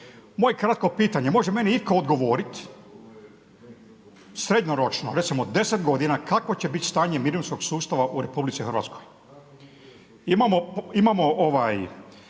Moje kratko pitanje. Može li meni itko odgovoriti srednjoročno recimo 10 godina kakvo će bit stanje mirovinskog sustava u RH? Imamo